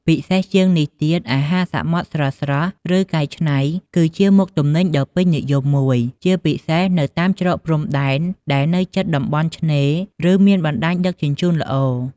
ពិសេសជាងនេះទៀត អាហារសមុទ្រ ស្រស់ៗ ឬកែច្នៃ គឺជាមុខទំនិញដ៏ពេញនិយមមួយ ជាពិសេសនៅតាមច្រកព្រំដែនដែលនៅជិតតំបន់ឆ្នេរ ឬមានបណ្តាញដឹកជញ្ជូនល្អ។